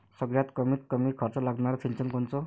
सगळ्यात कमीत कमी खर्च लागनारं सिंचन कोनचं?